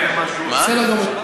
בסדר גמור.